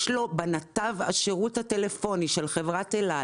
יש לו בנתב השירות הטלפוני של חברת אל על.